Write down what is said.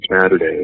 Saturday